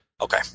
Okay